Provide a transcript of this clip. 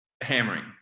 hammering